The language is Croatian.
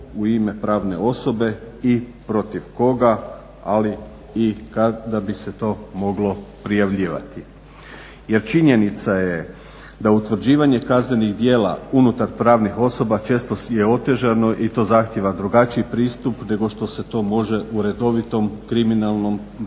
u ime pravne osobe i protiv koga ali i kada bi se to moglo prijavljivati. Jer činjenica je da utvrđivanje kaznenih djela unutar pravnih osoba često je otežano i to zahtijeva drugačiji pristup nego što se to može u redovitom kriminalnom postupku